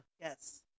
Yes